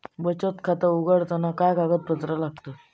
बचत खाता उघडताना काय कागदपत्रा लागतत?